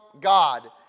God